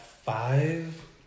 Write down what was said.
five